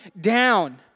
down